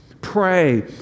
pray